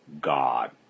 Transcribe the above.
God